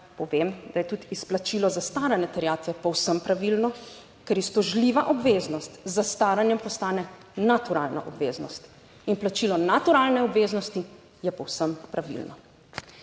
povem, da je tudi izplačilo za starane terjatve povsem pravilno, ker iztožljiva obveznost z zastaranjem postane naturalna obveznost. In plačilo naturalne obveznosti je povsem pravilno.